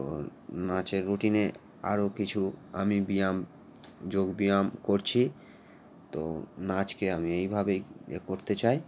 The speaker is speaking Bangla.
ও নাচের রুটিনে আরো কিছু আমি ব্যায়াম যোগ ব্যায়াম করছি তো নাচকে আমি এইভাবেই এ করতে চাই